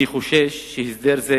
אני חושש שהסדר זה,